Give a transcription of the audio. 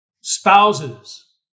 spouses